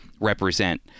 represent